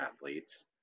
athletes